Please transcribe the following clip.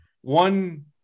one